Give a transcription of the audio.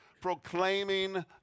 proclaiming